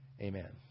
Amen